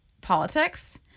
politics